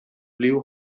blew